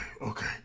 okay